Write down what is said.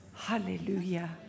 Hallelujah